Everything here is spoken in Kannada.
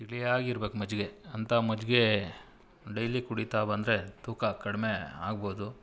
ತಿಳಿಯಾಗಿರ್ಬೇಕು ಮಜ್ಜಿಗೆ ಅಂಥ ಮಜ್ಜಿಗೆ ಡೈಲಿ ಕುಡಿತಾ ಬಂದರೆ ತೂಕ ಕಡಿಮೆ ಆಗ್ಬೋದು